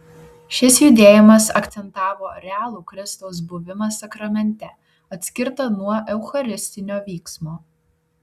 šis judėjimas akcentavo realų kristaus buvimą sakramente atskirtą nuo eucharistinio vyksmo